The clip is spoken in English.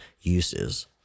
uses